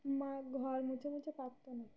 মা ঘর মুছে মুছে পারত না